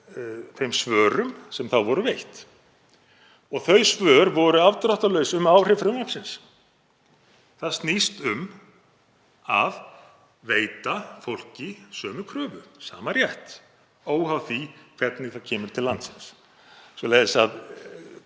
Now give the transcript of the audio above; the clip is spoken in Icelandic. þeim svörum sem þá voru veitt. Þau svör voru afdráttarlaus um áhrif frumvarpsins. Það snýst um að veita fólki sömu kröfu, sama rétt, óháð því hvernig það kemur til landsins. Auðvitað